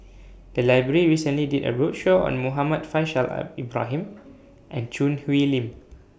The Library recently did A roadshow on Muhammad Faishal Ibrahim and Choo Hwee Lim